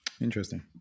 Interesting